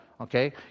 Okay